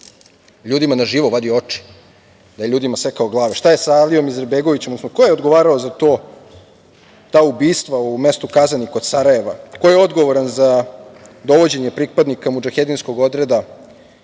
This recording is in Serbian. ljudima na živo vadio na oči, da je ljudima sekao glave? Šta je sa Alijom Izetbegovićem, odnosno ko je odgovarao za ta ubistva u mestu Kazanu, kod Sarajeva? Ko je odgovoran za dovođenje pripadnika mudžahedinskog odreda